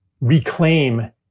reclaim